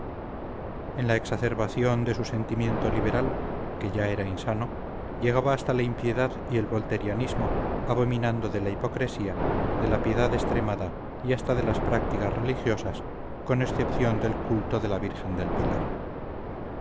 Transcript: en la exacerbación de su sentimiento liberal que ya era insano llegaba hasta la impiedad y el volterianismo abominando de la hipocresía de la piedad extremada y hasta de las prácticas religiosas con excepción del culto de la virgen del pilar